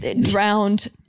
Drowned